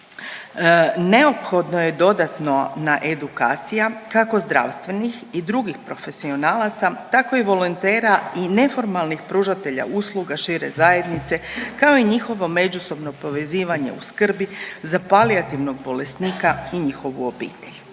neophodno je dodatno na edukacija kako zdravstvenih i drugih profesionalaca, tako i volontera i neformalnih pružatelja usluga šire zajednice, kao i njihovo međusobno povezivanje u skrbi za palijativnog bolesnika i njihovu obitelj.